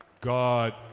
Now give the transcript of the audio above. God